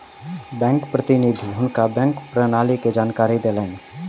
bank प्रतिनिधि हुनका bank प्रणाली के जानकारी देलैन